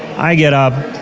i get up,